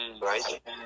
right